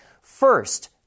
First